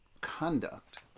conduct